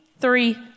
three